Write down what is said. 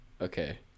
Okay